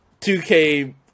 2K